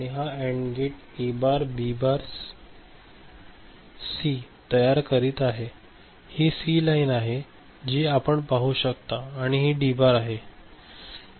हा and get A bar B bar C तयार करीत आहे ही सी लाइन आहे जी आपण पाहू शकता आणि डी बार आहे